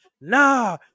Nah